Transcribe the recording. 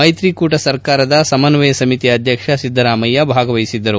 ಮೈತ್ರಿಕೂಟ ಸರ್ಕಾರದ ಸಮನ್ವಯ ಸಮಿತಿ ಅಧ್ಯಕ್ಷ ಸಿದ್ದರಾಮಯ್ಯ ಭಾಗವಹಿಸಿದ್ದರು